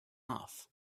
off